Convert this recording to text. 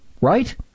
Right